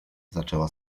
zaczęła